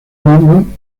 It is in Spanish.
miembro